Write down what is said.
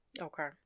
Okay